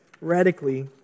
radically